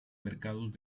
mercados